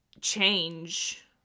change